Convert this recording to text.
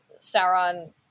Sauron